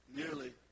nearly